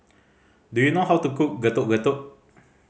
do you know how to cook Getuk Getuk